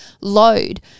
load